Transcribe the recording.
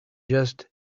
just